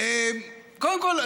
קודם כול,